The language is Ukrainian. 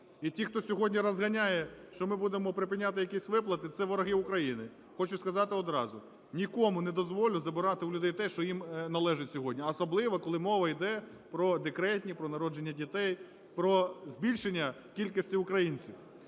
І ті, хто сьогодні розганяє, що ми будемо припиняти якісь виплати, це вороги України. Хочу сказати одразу: нікому не дозволю забирати у людей те, що їм належить сьогодні, а особливо, коли мова йде про декретні, про народження дітей, про збільшення кількості українців.